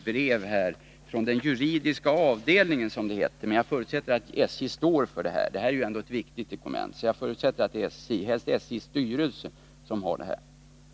Brevet är från SJ:s juridiska avdelning, som det heter, men jag förutsätter att SJ står för innehållet. Det är ju ett viktigt dokument, så jag förutsätter att SJ:s styrelse står bakom det.